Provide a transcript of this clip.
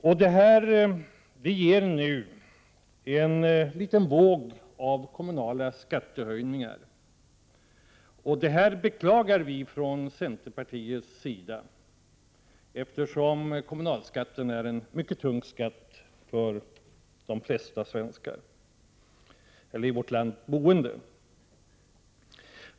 Detta ger, skulle jag vilja säga, en liten våg av kommunala skattehöjningar, vilket vi i centerpartiet beklagar. Kommunalskatten är ju en mycket tung skatt för de flesta som bor i vårt land.